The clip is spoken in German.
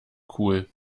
cool